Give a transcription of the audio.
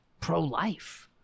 pro-life